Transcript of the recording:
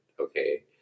okay